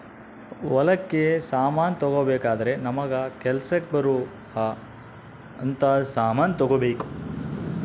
ಹೊಲಕ್ ಸಮಾನ ತಗೊಬೆಕಾದ್ರೆ ನಮಗ ಕೆಲಸಕ್ ಬರೊವ್ ಅಂತ ಸಮಾನ್ ತೆಗೊಬೆಕು